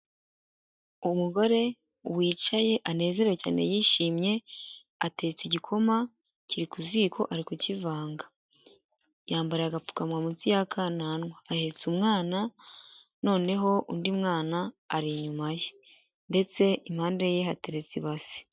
Umugore wicaye anezerewe cyane yishimye, atetse igikoma, kiri ku ziko ari kukivanga, yambariye agapfukamunwa munsi y' akananwa, ahetse umwana noneho undi mwana ari inyuma ye ndetse impande ye hateretse ibase.